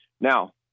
Now